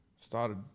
started